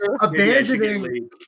abandoning